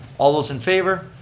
all those in favor?